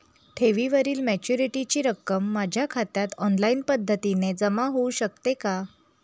ठेवीवरील मॅच्युरिटीची रक्कम माझ्या खात्यात ऑनलाईन पद्धतीने जमा होऊ शकते का?